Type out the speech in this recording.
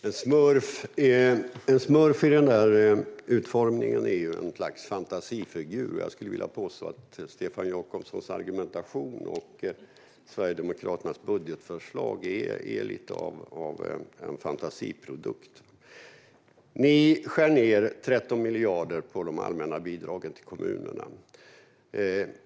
Fru talman! En smurf i denna utformning är ju en fantasifigur. Jag vill påstå att Stefan Jakobssons argumentation och Sverigedemokraternas budgetförslag också är något av en fantasiprodukt. Ni skär ned 13 miljarder på de allmänna bidragen till kommunerna.